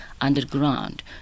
underground